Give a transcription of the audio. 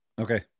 okay